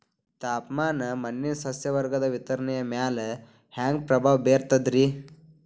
ತಾಪಮಾನ ಮಣ್ಣಿನ ಸಸ್ಯವರ್ಗದ ವಿತರಣೆಯ ಮ್ಯಾಲ ಹ್ಯಾಂಗ ಪ್ರಭಾವ ಬೇರ್ತದ್ರಿ?